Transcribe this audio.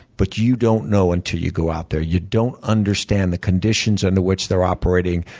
but you don't know until you go out there. you don't understand the conditions under which they're operating.